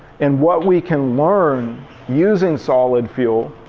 and what we can learn using solid fuel,